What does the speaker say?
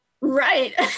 right